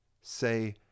say